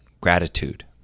gratitude